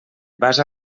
vas